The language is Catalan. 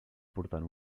portant